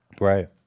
Right